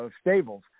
stables